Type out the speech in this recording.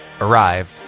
arrived